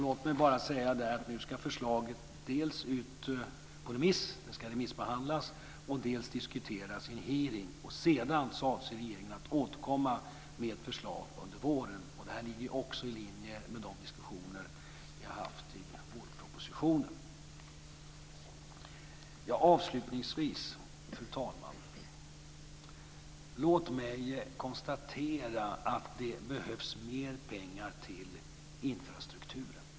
Låt mig bara säga att nu ska förslaget dels remissbehandlas, dels diskuteras i en hearing, och därefter avser regeringen att återkomma med förslag under våren. Det ligger också i linje med de diskussioner vi har haft i vårpropositionen. Låt mig avslutningsvis, fru talman, konstatera att det behövs mer pengar till infrastrukturen.